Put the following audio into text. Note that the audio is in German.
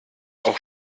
auch